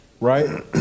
right